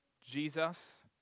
Jesus